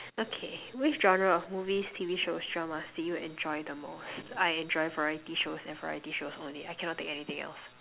okay which genre of movies T_V shows dramas do you enjoy the most I enjoy variety shows and variety shows only I cannot take anything else